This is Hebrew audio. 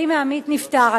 ואם העמית נפטר.